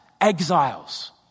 exiles